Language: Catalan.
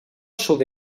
sud